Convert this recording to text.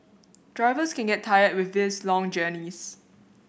drivers can get tired with these long journeys